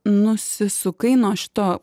nusisukai nuo šito